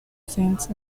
saints